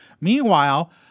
Meanwhile